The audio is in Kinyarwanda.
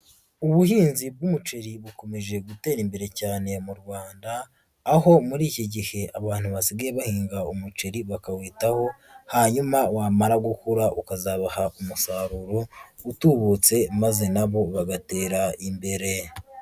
Ubuhinzi bw'umuceri bukomeje gutera imbere cyane mu Rwanda, aho muri iki gihe abantu basigaye bahinga umuceri bakawitaho, hanyuma wamara gukura ukazabaha umusaruro utubutse, maze na bo bagatera imbere.